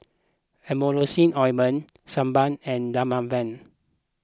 Emulsying Ointment Sebamed and Dermaveen